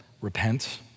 repent